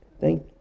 Thank